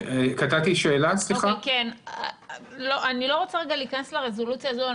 אני לא רוצה להיכנס לרזולוציה הזאת.